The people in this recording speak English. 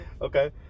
Okay